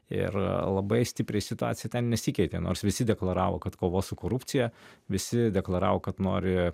ir labai stipriai situacija ten nesikeitė nors visi deklaravo kad kova su korupcija visi deklaravo kad nori